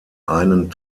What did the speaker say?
einen